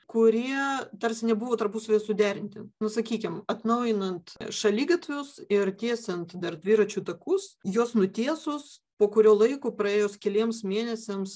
kurie tarsi nebuvo tarpusavyje suderinti nu sakykim atnaujinant šaligatvius ir tiesiant dar dviračių takus juos nutiesus po kurio laiko praėjus keliems mėnesiams